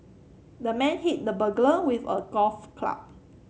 the man hit the burglar with a golf club